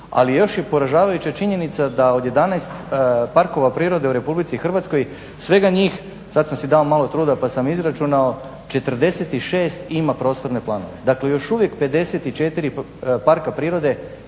Ali još je poražavajuća činjenica da od 11 parkova prirode u RH svega njih, sad sam si dao malo truda pa sam izračunao, 46 ima prostorne planove. Dakle, još uvijek 54 parka prirode